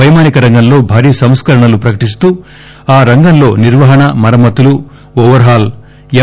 పైమానిక రంగంలో భారీ సంస్కరణలు ప్రకటిస్తూ ఆ రంగంలో నిర్వహణ మరమ్మత్తులు ఓవర్ హాల్ ఎం